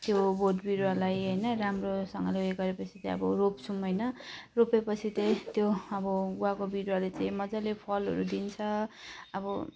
त्यो बोटबिरुवालाई होइन राम्रोसँगले उयो गरेपछि चाहिँ अब रोप्छौँ होइन रोपेपछि चाहिँ त्यो अब गुवाको बिरुवाले चाहिँ मजाले फलहरू दिन्छ अब